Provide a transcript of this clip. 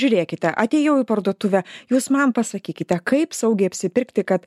žiūrėkite atėjau į parduotuvę jūs man pasakykite kaip saugiai apsipirkti kad